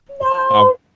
No